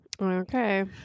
Okay